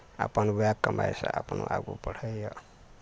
अपन वएह कमाइसँ अपन आगू बढ़ैया